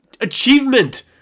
achievement